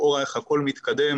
לכאורה איך הכול מתקדם,